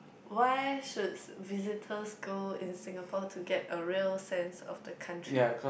where should visitors go in Singapore to get a real sense of the country